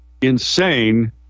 insane